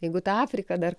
jeigu ta afrika dar